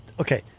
okay